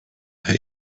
hay